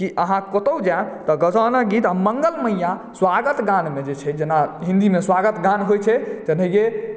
कि अहाँ कतहुँ जाएब तऽ गोसाउनिक गीत आ मङ्गल मईया स्वागत गानमे जे छै जेना हिन्दीमे स्वागत गान होइ छै तेनहिये